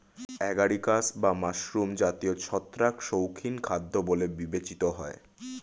agaricus বা mushroom জাতীয় ছত্রাক শৌখিন খাদ্য বলে বিবেচিত হয়